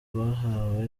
bahawe